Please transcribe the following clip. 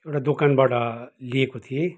एउटा दोकानबाट लिएको थिएँ